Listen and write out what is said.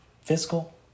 Fiscal